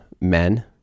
men